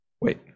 Wait